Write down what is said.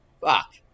fuck